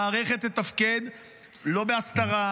המערכת תתפקד לא בהסתרה,